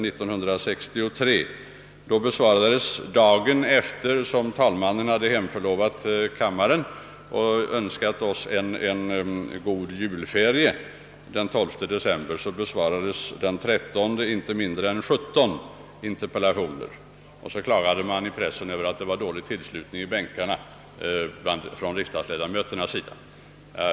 Då — det var dagen efter det att talmannen hade hemförlovat kammaren och önskat ledamöterna angenäma julferier! — besvarades inte mindre än 17 interpellationer. Och så klagades det i pressen över dålig tillslutning i bänkarna från riksdagsledamöternas sida.